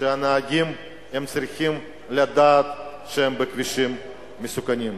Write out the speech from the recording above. הנהגים האלה צריכים לדעת שהם בכבישים מסוכנים.